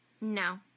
No